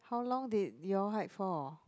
how long did y'all hike for